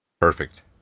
perfect